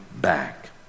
back